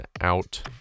out